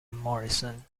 morrison